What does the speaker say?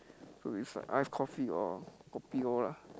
so is like iced coffee or kopi-O lah